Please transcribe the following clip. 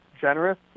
generous